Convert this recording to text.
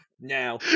Now